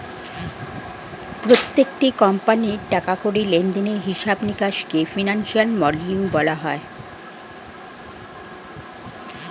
প্রত্যেকটি কোম্পানির টাকা কড়ি লেনদেনের হিসাব নিকাশকে ফিনান্সিয়াল মডেলিং বলা হয়